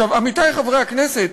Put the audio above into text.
עמיתי חברי הכנסת,